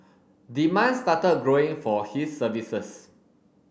demand started growing for his services